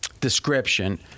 description